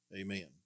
amen